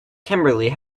kimberly